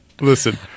Listen